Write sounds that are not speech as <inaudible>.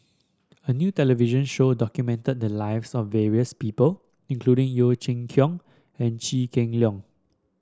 a new television show documented the lives of various people including Yeo Chee Kiong and <unintelligible> Kheng Long